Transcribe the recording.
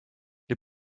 les